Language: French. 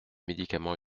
médicaments